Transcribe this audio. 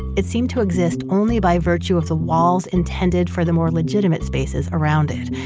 it seemed to exist only by virtue of the walls intended for the more legitimate spaces around it,